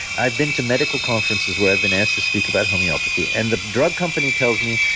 i've been to medical conferences where i've been asked to speak about homeopathy and the drug company tells me,